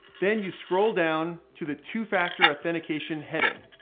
then you scroll down to the two factor authentication heading.